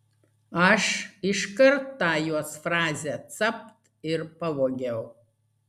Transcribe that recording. aš iškart tą jos frazę capt ir pavogiau